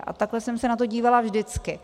A takhle jsem se na to dívala vždycky.